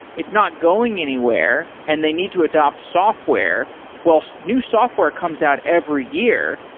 it's not going anywhere, and they need to adapt software whilst new software comes out every year.